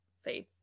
faith